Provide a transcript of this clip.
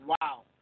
wow